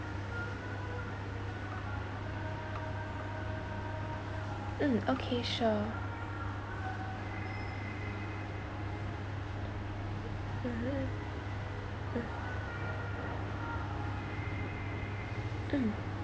mm okay sure mmhmm mm mm